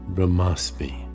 Brahmasmi